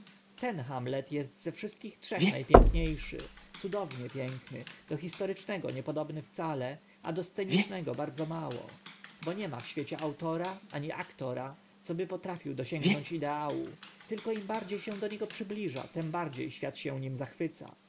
ten hamlet est ze wszystkich trzech na pięknie szy cudownie piękny do historycznego niepodobny wcale a do scenicznego bardzo mało bo nie ma na świecie autora ani aktora co by potrafił dosięgnąć ideału tylko im bardzie się do niego przybliża tym bardzie świat się nim zachwyca